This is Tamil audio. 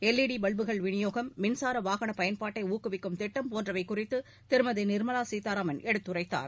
எல்இடி பல்புகள் விநியோகம் மின்சார வாகன பயன்பாட்டை ஊக்குவிக்கும் திட்டம் போன்றவை குறித்து திருமதி நிர்மலா சீதாராமன் எடுத்துரைத்தார்